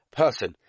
person